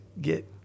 get